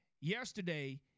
yesterday